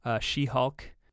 She-Hulk